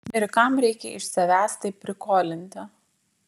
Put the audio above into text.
nu ir kam reikia iš savęs taip prikolinti